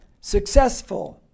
successful